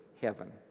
heaven